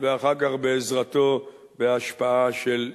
ואחר כך בהשפעה של אירן.